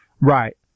Right